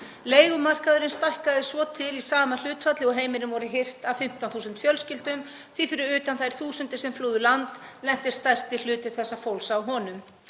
Leigumarkaðurinn stækkaði svo til í sama hlutfalli og heimilin voru hirt af 15.000 fjölskyldum því fyrir utan þær þúsundir sem flúðu land lenti stærsti hluti þessa fólks á honum.